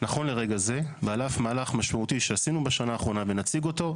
נכון לרגע זה ועל אף מהלך משמעותי שעשינו בשנה האחרונה ונציג אותו,